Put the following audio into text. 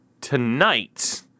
tonight